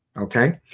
okay